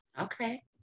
Okay